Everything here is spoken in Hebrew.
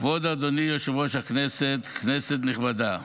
כבוד אדוני יושב-ראש הכנסת, כנסת נכבדה,